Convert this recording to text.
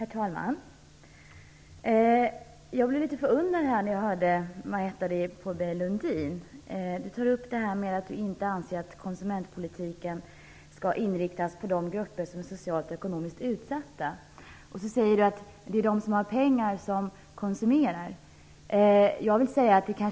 Herr talman! Jag blev litet förundrad när jag hörde Marietta de Pourbaix-Lundin. Hon ansåg inte att konsumentpolitiken skulle inriktas på de grupper som är socialt och ekonomiskt utsatta. Det är ju de som har pengar som konsumerar, sade hon.